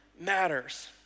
matters